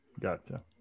Gotcha